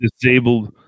disabled